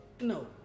No